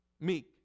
meek